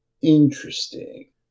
Interesting